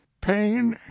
pain